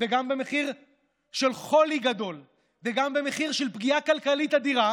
וגם במחיר של חולי גדול וגם במחיר של פגיעה כלכלית אדירה